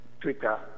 twitter